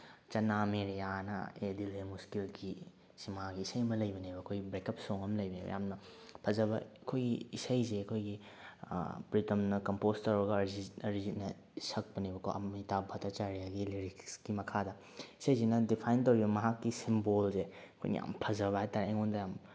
ꯆꯅꯥ ꯃꯦꯔꯦꯌꯥꯅ ꯑꯦ ꯗꯤꯜ ꯍꯦ ꯃꯨꯁꯀꯤꯜꯒꯤ ꯁꯤꯅꯦꯃꯥꯒꯤ ꯏꯁꯩ ꯑꯃ ꯂꯩꯕꯅꯦꯕ ꯑꯩꯈꯣꯏ ꯕ꯭ꯔꯦꯛꯑꯞ ꯁꯣꯡ ꯑꯃ ꯂꯩꯕꯅꯦꯕ ꯌꯥꯝꯅ ꯐꯖꯕ ꯑꯩꯈꯣꯏ ꯏꯁꯩꯁꯦ ꯑꯩꯈꯣꯏꯒꯤ ꯄ꯭ꯔꯤꯇꯝꯅ ꯀꯝꯄꯣꯁ ꯇꯧꯔꯒ ꯑꯔꯤꯖꯤꯠꯅ ꯁꯛꯄꯅꯦꯕꯀꯣ ꯑꯃꯤꯇꯥ ꯚꯇꯆꯥꯔꯤꯌꯥꯒꯤ ꯔꯤꯂꯤꯛꯁꯀꯤ ꯃꯈꯥꯗ ꯏꯁꯩꯁꯤꯅ ꯗꯤꯐꯥꯏꯟ ꯇꯧꯔꯤꯕ ꯃꯍꯥꯛꯀꯤ ꯁꯤꯝꯕꯣꯜꯁꯦ ꯑꯩꯈꯣꯏꯅ ꯌꯥꯝ ꯐꯖꯕ ꯍꯥꯏꯇꯥꯔꯦ ꯑꯩꯉꯣꯟꯗ ꯌꯥꯝ